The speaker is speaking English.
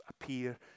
appear